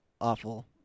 awful